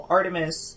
Artemis